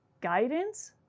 guidance